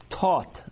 taught